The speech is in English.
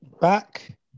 back